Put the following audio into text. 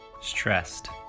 Stressed